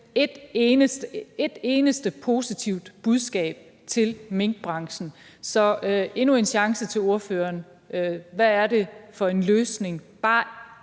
et eneste positivt budskab til minkbranchen. Så endnu en chance til ordføreren: Hvad er det for en løsning?